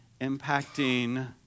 impacting